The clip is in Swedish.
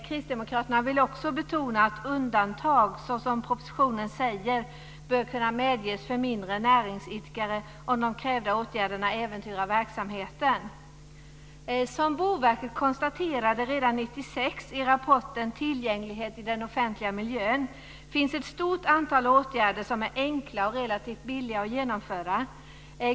Kristdemokraterna vill också betona att undantag, såsom propositionen säger, bör kunna medges för mindre näringsidkare om de krävda åtgärderna äventyrar verksamheten. Som Boverket konstaterade redan 1996 i rapporten Tillgänglighet i den offentliga miljön, finns ett stort antal åtgärder som är enkla och relativt billiga att genomföra.